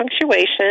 punctuation